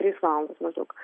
trys valandos maždaug